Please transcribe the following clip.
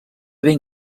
ben